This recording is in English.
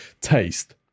taste